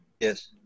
Yes